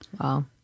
Wow